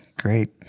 great